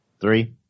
Three